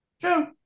True